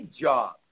job